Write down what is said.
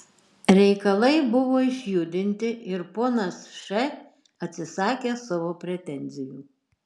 reikalai buvo išjudinti ir ponas š atsisakė savo pretenzijų